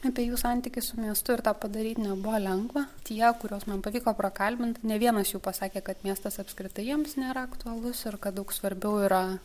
apie jų santykį su miestu ir tą padaryt nebuvo lengva tie kuriuos man pavyko prakalbint ne vienas jų pasakė kad miestas apskritai jiems nėra aktualus ir kad daug svarbiau yra